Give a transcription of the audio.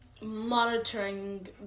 monitoring